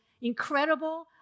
incredible